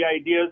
ideas